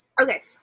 Okay